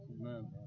Amen